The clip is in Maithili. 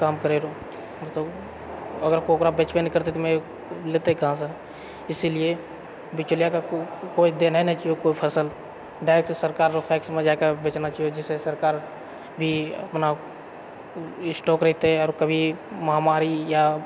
काम करै रऽ अगर कोइ ओकरा बेचबे नहि करतै तऽ ओ लेतै कहाँसँ इसीलिए बिचौलियाके कोइ देना ही नही चाहिए कोइ फसल डायरेक्ट सरकार रऽ फैक्समे जाकए बेचना चाहिए जिससे सरकार भी अपना स्टॉक रहितै आओर कभी महामारी या